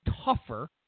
tougher